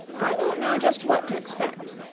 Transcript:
i don't know just what to spect,